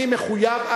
אני מחויב.